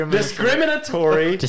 discriminatory